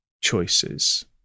choices